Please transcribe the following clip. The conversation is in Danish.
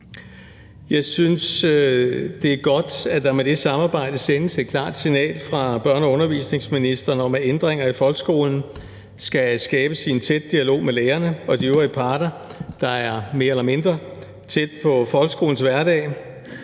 Jeg synes, det er godt, at der med det samarbejde sendes et klart signal fra børne- og undervisningsministeren om, at ændringer i folkeskolen skal skabes i en tæt dialog med lærerne og de øvrige parter, der er mere eller mindre tæt på folkeskolens hverdag.